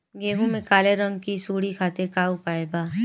गेहूँ में काले रंग की सूड़ी खातिर का उपाय बा?